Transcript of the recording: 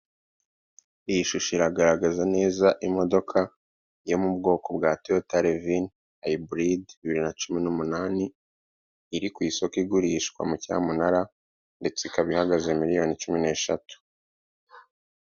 Iyi shusho iragaragaza neza imodoka yo mu bwoko bwa toyota levini hayiburidi, bibiri na cumi n'umunani; iri ku isoko igurishwa mu cyamunara ndetse ikaba ihagaze miriyoni cumi n'eshatu.